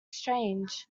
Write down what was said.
strange